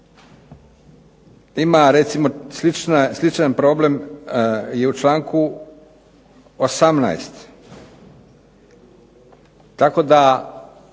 Ima recimo sličan problem je u članku 18., tako da